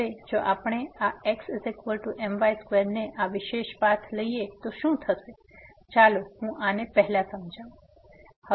હવે જો આપણે આ xmy2 ને આ વિશેષ પાથ લઈએ તો શું થશે